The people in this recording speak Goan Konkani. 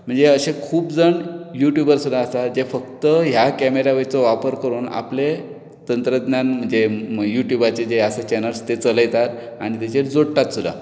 म्हणजें अशें खूब जण युटुबर्स सुद्दां आसा जे फक्त ह्या कॅमेरा वयरचो वापर करून आपलें तंत्रज्ञान म्हणजे युटुबाचें जें हें आसा चॅनल्स ते चलयतात आनी तेचेर जोडटात सुद्दां